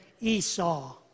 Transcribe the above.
Esau